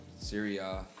Syria